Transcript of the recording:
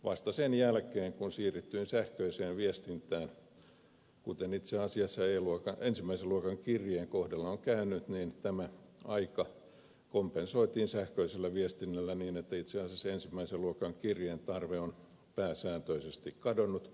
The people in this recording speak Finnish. vasta sen jälkeen kun siirryttiin sähköiseen viestintään kuten itse asiassa ensimmäisen luokan kirjeen kohdalla on käynyt tämä aika kompensoitiin sähköisellä viestinnällä niin että itse asiassa ensimmäisen luokan kirjeen tarve on pääsääntöisesti kadonnut